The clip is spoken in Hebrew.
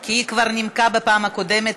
כי היא כבר נימקה בפעם הקודמת,